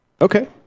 Okay